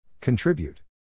Contribute